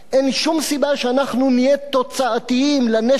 אין שום סיבה שאנחנו נהיה תוצאתיים לנשק